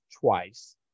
twice